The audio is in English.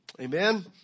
Amen